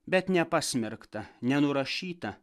bet nepasmerktą nenurašytą